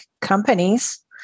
companies